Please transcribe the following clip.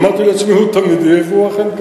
אמרתי לעצמי: הוא תמיד יהיה, והוא אכן כאן.